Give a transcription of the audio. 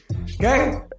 Okay